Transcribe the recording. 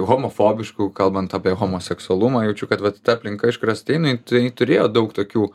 homofobiškų kalbant apie homoseksualumą jaučiu kad vat ta aplinka iš kurios atėjau daug tokių